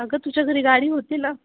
अगं तुझ्या घरी गाडी होती ना